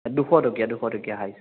দুশ টকীয়া দুশ টকীয়া হায়েষ্ট